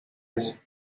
veces